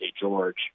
George